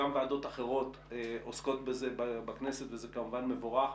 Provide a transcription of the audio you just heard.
גם ועדות אחרות עוסקות בזה בכנסת וזה כמובן מבורך.